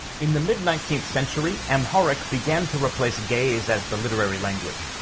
in the mid nineteenth century, amharic began to replace ge'ez as the literary language.